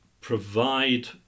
provide